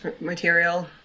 material